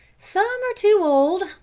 some are too old,